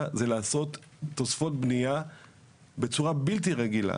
זה לעשות תוספות בנייה בצורה בלתי רגילה.